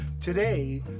Today